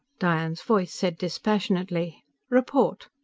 diane's voice said dispassionately report.